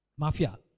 Mafia